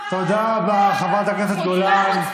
תודה רבה, חברת הכנסת גולן.